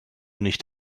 nicht